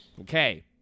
Okay